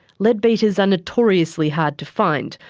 leadbeater's are notoriously hard to find,